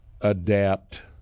adapt